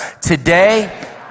Today